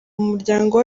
umuryango